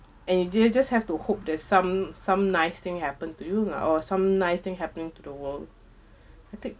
and you didn't just have to hope that some some nice thing happen to you or some nice thing happening to the world